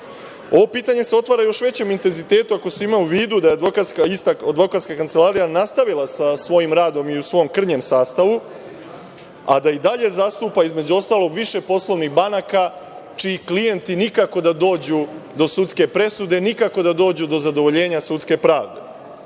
pitanje se otvara još u većem intenzitetu ako se ima u vidu da je advokatska kancelarija nastavila sa svojim radom i u svom krnjem sastavu, a da i dalje zastupa više poslovnih banaka čiji klijenti nikako da dođu do sudske presude, nikako da dođu do zadovoljenja sudske